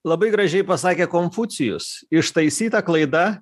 labai gražiai pasakė konfucijus ištaisyta klaida